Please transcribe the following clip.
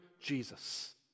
Jesus